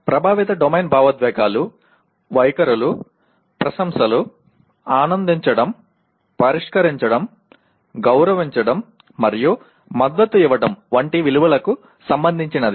ప్రభావిత డొమైన్ భావోద్వేగాలు వైఖరులు ప్రశంసలు ఆనందించడం పరిరక్షించడం గౌరవించడం మరియు మద్దతు ఇవ్వడం వంటి విలువలకు సంబంధించినది